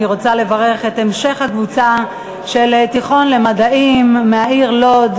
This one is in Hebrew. אני רוצה לברך את המשך הקבוצה של התיכון למדעים מהעיר לוד,